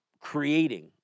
creating